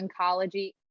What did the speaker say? oncology